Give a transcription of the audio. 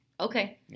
Okay